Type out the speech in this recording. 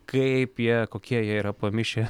kaip jie kokie jie yra pamišę